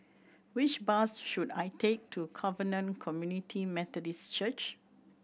which bus should I take to Covenant Community Methodist Church